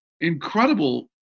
incredible